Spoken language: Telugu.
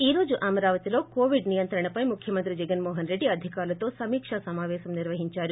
ఈ రోజు అమరావతిలో కోవిడ్ నియంత్రణపై ముఖ్వమంత్రి జగన్మోహనీ రెడ్డి అధికారులతో సమీకా సమాపేశం నిర్వహిందారు